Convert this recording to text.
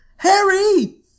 Harry